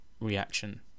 reaction